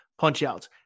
punchouts